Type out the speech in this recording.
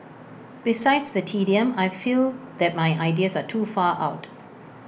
besides the tedium I feel that my ideas are too far out